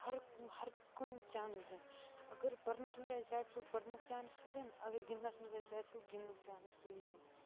ہَر ہر کُن چانٔس دِنہٕ اَگر پَرنَس منٛز آسہِ زیادٕ شوق پَرنُک چانٔس یِیہِ دِنہٕ اَگر گِندنَس منٛز آسہِ زیادٕ شوق گِندنُک چانٔس ہسا یِیہِ دِنہٕ